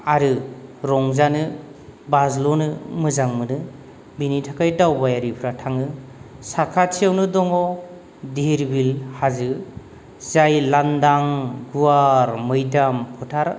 आरो रंजानो बाज्ल'नो मोजां मोनो बिनि थाखाय दावबायारिफ्रा थाङो साखाथियावनो दङ धीर बिल हाजो जाय लांदां गुवार मैदाम फोथार